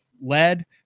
lead